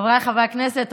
חבריי חברי הכנסת,